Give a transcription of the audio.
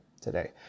today